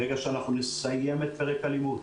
ברגע שאנחנו נסיים את פרק הלימוד,